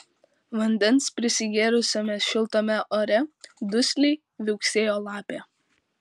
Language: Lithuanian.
vandens prisigėrusiame šiltame ore dusliai viauksėjo lapė